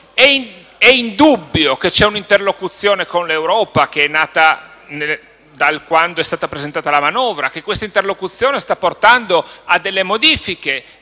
È indubbio che c'è un'interlocuzione con l'Europa nata quando è stata presentata la manovra e tale interlocuzione sta portando a delle modifiche